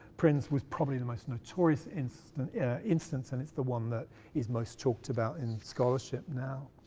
prynne's was probably the most notorious instance yeah instance and it's the one that is most talked about in scholarship now.